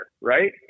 right